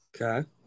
Okay